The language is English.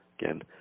again